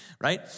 Right